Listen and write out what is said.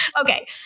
Okay